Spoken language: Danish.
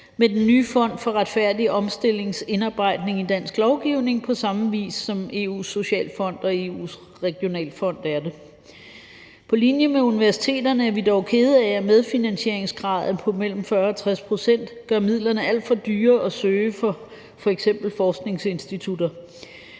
med den nye Fonden for Retfærdig Omstillings indarbejdning i dansk lovgivning på samme vis som med EU's Socialfond og EU's Regionalfond. På linje med universiteterne er vi dog kede af, at medfinansieringsgraden på mellem 40 og 60 pct. gør midlerne alt for dyre at søge for f.eks. forskningsinstitutter.